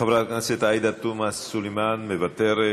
חברי הכנסת עאידה תומא סלימאן, מוותרת,